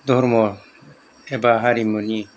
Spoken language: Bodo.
धर्म एबा हारिमुनि